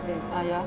ah ya